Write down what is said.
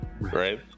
Right